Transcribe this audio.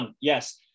yes